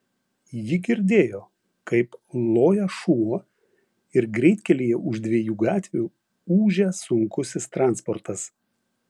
ji girdėjo kaip loja šuo ir greitkelyje už dviejų gatvių ūžia sunkusis transportas